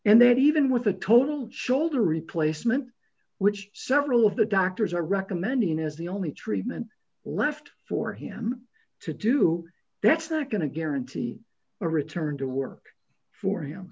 and that even with a total shoulder replacement which several of the doctors are recommending as the only treatment left for him to do that's not going to guarantee a return to work for him